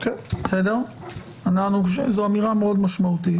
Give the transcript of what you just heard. זו אמירה מאוד משמעותית שניתנה.